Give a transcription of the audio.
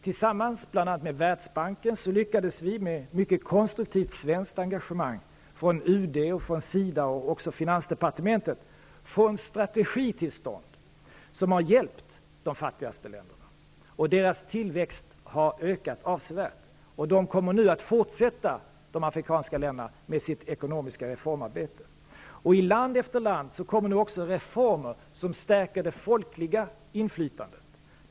Tillsammans med bl.a. Världsbanken lyckades vi, med mycket konstruktivt svenskt engagemang -- från UD, från SIDA och också från finansdepartementet -- få en strategi till stånd, som har hjälpt de fattigaste länderna. Deras tillväxt har ökat avsevärt. Och de afrikanska länderna kommer nu att fortsätta med sitt ekonomiska reformarbete. I land efter land kommer nu också reformer som stärker det folkliga inflytandet.